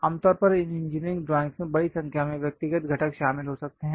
आमतौर पर इन इंजीनियरिंग ड्राइंगस् में बड़ी संख्या में व्यक्तिगत घटक शामिल हो सकते हैं